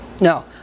No